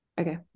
Okay